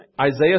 Isaiah